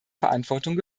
verantwortung